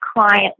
client